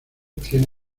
tiene